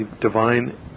divine